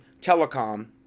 telecom